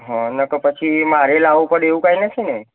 હા નહીંતર પછી મારે લાવવો પડે એવું કંઈ નથી ને